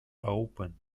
open